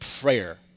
prayer